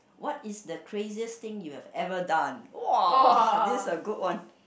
what is the craziest thing you have ever done !wah! this a good one